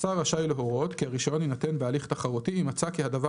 השר רשאי להורות כי רישיון יינתן בהליך תחרותי אם מצא כי הדבר